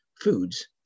foods